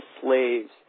slaves